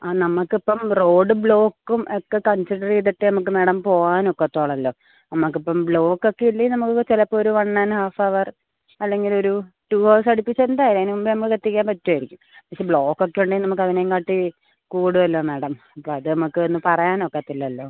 ആ നമുക്ക് ഇപ്പം റോഡ് ബ്ലോക്കും ഒക്കെ കൺസിഡർ ചെയ്തിട്ടെ നമുക്ക് മാഡം പോകാൻ ഒക്കത്തുള്ളല്ലോ നമുക്ക് ഇപ്പം ബ്ലോക്കൊക്കെ ഇല്ലേ നമുക്ക് ചിലപ്പോൾ ഒരു വൺ ആൻഡ് ഹാഫ് ഹവർ അല്ലെങ്കിൽ ഒരു ടു ഹവേഴ്സ് അടുപ്പിച്ച് എന്തായാലും അതിന് മുമ്പേ നമുക്ക് എത്തിക്കാൻ പറ്റുവായിരിക്കും പക്ഷെ ബ്ലോക്കൊക്കെ ഉണ്ടേ നമുക്ക് അതിനെക്കാട്ടിൽ കൂടുതലാ മാഡം അപ്പോൾ അത് നമുക്ക് പറയാൻ ഒക്കത്തില്ലല്ലോ